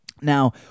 Now